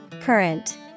Current